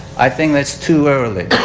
i think that is too early.